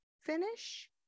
finish